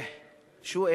"שוּ?